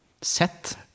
set